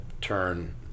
turn